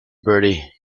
bertie